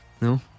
No